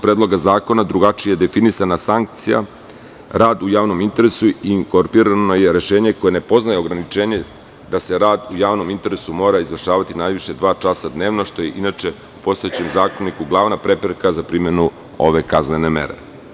Predloga zakona, drugačije definisana sankcija rad u javnom interesu i inkorpirano je rešenje koje ne poznaje ograničenje, da se rad u javnom interesu mora izvršavati najviše dva časa dnevno, što je inače u postojećem zakoniku glavna prepreka za primenu ove kaznene mere.